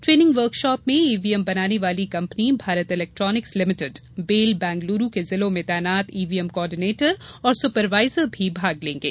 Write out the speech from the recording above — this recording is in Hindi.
ट्रेनिंग वर्कशाप में ईवीएम बनाने वाली company Bharat electronics limited BEL Bengaluru के जिलों में तैनात ईवीएम कॉर्डिनेटर और सुपरवाईजर भी भाग लेंगे